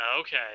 Okay